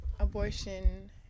Abortion